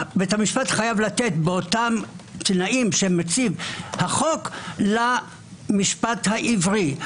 בית המשפט חייב לתת באותם תנאים שמציב החוק למשפט העברי.